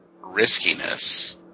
riskiness